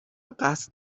قصد